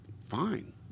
fine